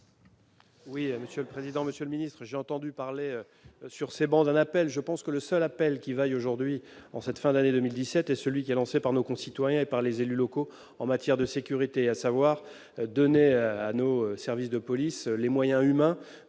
Oui, monsieur le président, Monsieur le ministre, j'ai entendu parler sur ces bandes un appel, je pense que le seul appel qui vaille aujourd'hui en cette fin d'année 2017 et celui qui a lancé par nos concitoyens et par les élus locaux en matière de sécurité à savoir donner à nos services de police, les moyens humains